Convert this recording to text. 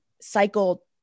cycle